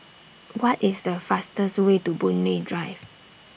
What IS The fastest Way to Boon Lay Drive